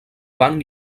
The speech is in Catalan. banc